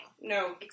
No